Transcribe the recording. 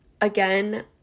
again